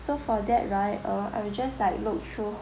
so for that right uh I will just like look through